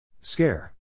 Scare